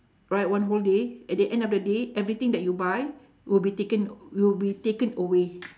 right one whole day at the end of the day everything that you buy will be taken will be taken away